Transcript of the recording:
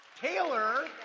Taylor